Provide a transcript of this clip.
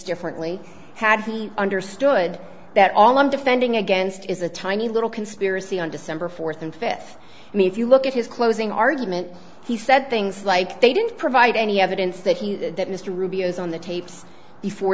differently had he understood that all i'm defending against is a tiny little conspiracy on december fourth and fifth i mean if you look at his closing argument he said things like they didn't provide any evidence that he that mr rubio's on the tapes before